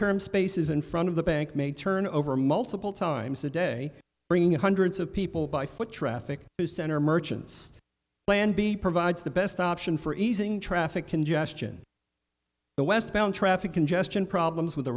term spaces in front of the bank may turn over multiple times a day bringing hundreds of people by foot traffic to center merchants plan b provides the best option for easing traffic congestion the westbound traffic congestion problems with the